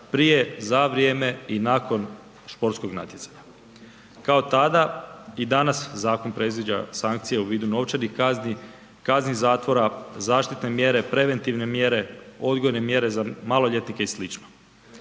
prije, za vrijeme i nakon sportskog natjecanja. Kao i tada i danas zakon predviđa sankcije u vidu novčanih kazni, kazni zatvora, zaštitne mjere, preventivne mjere, odgojne mjere za maloljetnike i